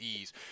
ease